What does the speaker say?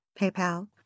PayPal